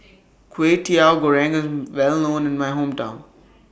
Kwetiau Goreng IS Well known in My Hometown